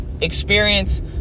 experience